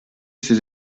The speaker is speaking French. ses